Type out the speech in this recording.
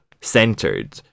centered